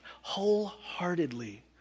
wholeheartedly